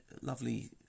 lovely